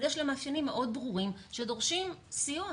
אבל יש לה מאפיינים מאוד ברורים שדורשים סיוע.